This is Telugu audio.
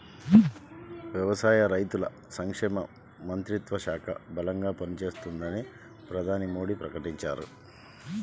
వ్యవసాయ, రైతుల సంక్షేమ మంత్రిత్వ శాఖ బలంగా పనిచేస్తుందని ప్రధాని మోడీ ప్రకటించారు